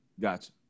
gotcha